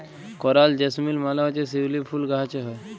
করাল জেসমিল মালে হছে শিউলি ফুল গাহাছে হ্যয়